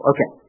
Okay